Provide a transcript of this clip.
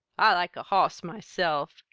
i like a hoss, myself,